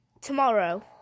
tomorrow